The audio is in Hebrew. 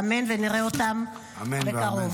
אמן שנראה אותם בקרוב.